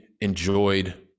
enjoyed